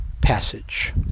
Passage